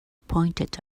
pointed